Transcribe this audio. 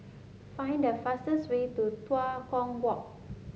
find the fastest way to Tua Kong Walk